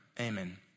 Amen